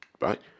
right